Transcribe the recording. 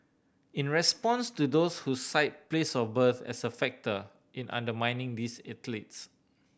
in response to those who cite place of birth as a factor in undermining these athletes